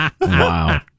Wow